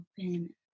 open